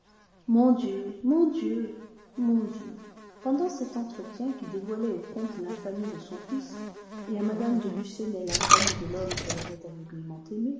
mon dieu mon dieu mon dieu pendant cet entretien qui dévoilait au comte l'infamie de son fils et à mme de lucenay l'infamie de l'homme qu'elle avait aveuglément